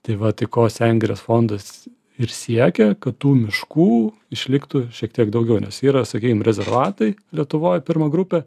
tai va tai ko sengirės fondas ir siekia kad tų miškų išliktų šiek tiek daugiau nes yra sakykim rezervatai lietuvoj pirma grupė